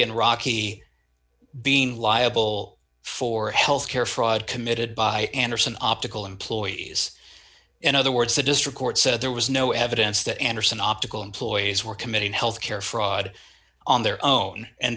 and rocky being liable for health care fraud committed by andersen optical employees in other words the district court said there was no evidence that andersen optical employees were committing health care fraud on their own and